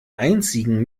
einzigen